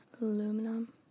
aluminum